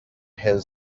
his